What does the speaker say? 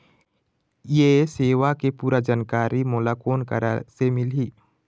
ये सेवा के पूरा जानकारी मोला कोन करा से मिलही?